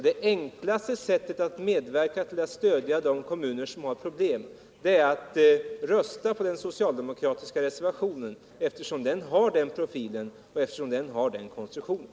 Det enklaste sättet att medverka till att stödja de kommuner som har problem är att rösta för den socialdemokratiska reservationen, eftersom den har den här profilen och den här konstruktionen.